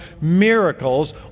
miracles